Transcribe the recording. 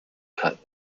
cut